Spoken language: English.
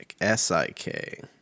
S-I-K